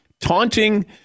Taunting